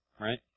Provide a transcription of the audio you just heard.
right